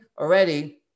already